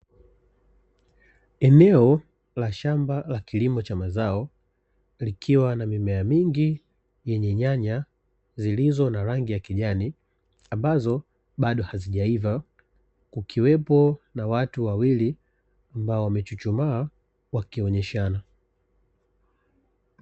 Eneo la shamba la kilimo cha mazao, likiwa na mimea mingi yenye nyanya zilizo na rangi ya kijani, ambazo bado hazijaiva kukiwepo na watu wawili ambao wamechuchumaa wakionyeshana.